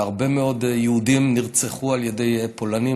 והרבה מאוד יהודים נרצחו על ידי פולנים